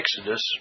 Exodus